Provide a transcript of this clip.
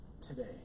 today